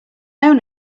known